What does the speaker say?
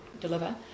deliver